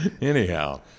Anyhow